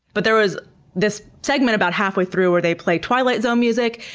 but there was this segment about halfway through where they played twilight zone music,